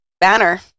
Banner